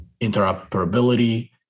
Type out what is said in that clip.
interoperability